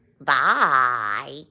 Bye